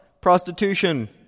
prostitution